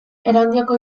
erandioko